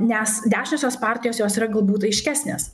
nes dešiniosios partijos jos yra galbūt aiškesnės